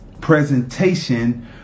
presentation